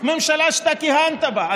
ממשלה שאתה כיהנת בה.